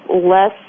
less